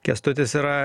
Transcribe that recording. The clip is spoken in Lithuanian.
kęstutis yra